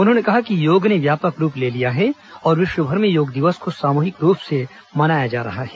उन्होंने कहा कि योग ने व्यापक रूप ले लिया है और विश्वभर में योग दिवस को सामूहिक रूप से मनाया जा रहा है